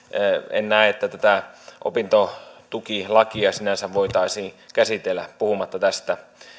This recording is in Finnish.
en näe että tätä opintotukilakia sinänsä voitaisiin käsitellä puhumatta tästä